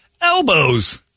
Elbows